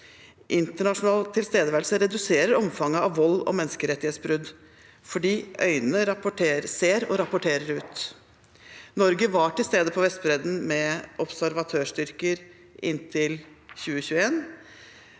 Internasjonal tilstedeværelse reduserer omfanget av vold og menneskerettighetsbrudd fordi øyne ser og rapporterer ut. Norge var til stede på Vestbredden med observatørstyrker inntil 2021.